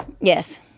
Yes